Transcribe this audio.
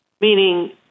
Meaning